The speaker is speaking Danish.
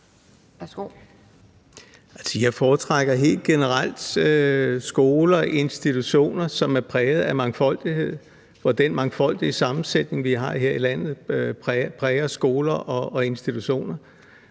jeg foretrækker helt generelt skoler og institutioner, som er præget af mangfoldighed, og den mangfoldige sammensætning, vi har her i landet, præger skoler og institutioner.